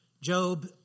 Job